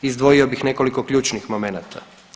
Izdvojio bih nekoliko ključnih momenata.